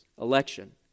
Election